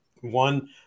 one